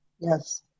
Yes